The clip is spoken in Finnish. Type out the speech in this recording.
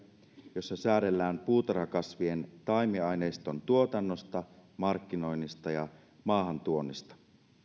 jossa säädellään puutarhakasvien taimiaineiston tuotannosta markkinoinnista ja maahantuonnista